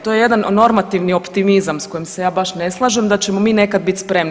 To je jedan normativni optimizam sa kojim se ja baš ne slažem da ćemo mi nekad biti spremni.